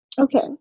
Okay